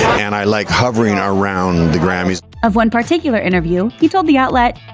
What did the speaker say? and i like hovering around the grammys. of one particular interview, he told the outlet,